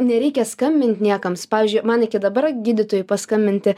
nereikia skambint niekams pavyzdžiui man iki dabar gydytojui paskambinti